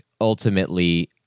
ultimately